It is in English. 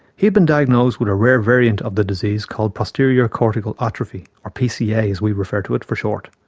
he had been diagnosed with a rare variant of the disease called posterior cortical atrophy or pca as we referred to it for short,